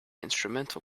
instrumental